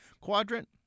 quadrant